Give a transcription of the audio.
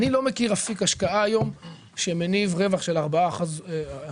אני לא מכיר אפיק השקעה היום שמניב רווח של 14% שנתי.